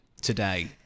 today